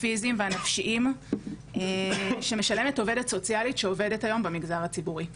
הפיזיים והנפשיים שמשלמת עובדת סוציאלית שעובדת היום במגזר הציבורי.